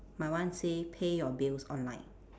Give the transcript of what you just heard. my one say pay your bills online